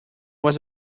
was